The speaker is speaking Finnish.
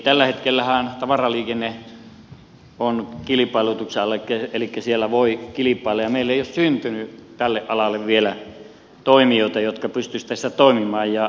tällä hetkellähän tavaraliikenne on kilpailutuksen alla elikkä siellä voi kilpailla ja meillä ei ole syntynyt tälle alalle vielä toimijoita jotka pystyisivät tässä toimimaan